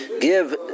give